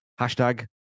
Hashtag